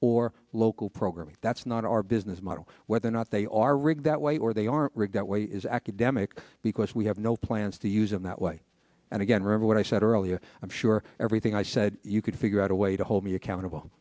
or local programming that's not our business model whether or not they are rigged that way or they are rigged that way is academic because we have no plans to use them that way and again remember what i said earlier i'm sure everything i said you could figure out a way to hold me accountable